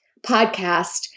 podcast